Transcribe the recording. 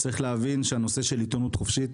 צריך להבין שהנושא של עיתונות חופשית,